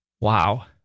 Wow